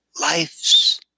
Life's